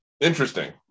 Interesting